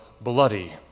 bloody